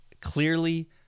clearly